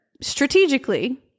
strategically